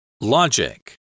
Logic